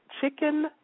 chicken